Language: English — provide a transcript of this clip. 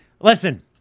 Listen